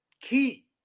key